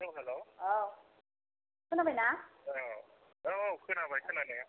औ हेल' औ खोनाबाय ना औ औ औ खोनाबाय खोनानाया